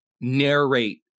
narrate